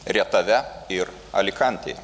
rietave ir alikantėj